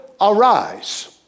arise